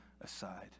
aside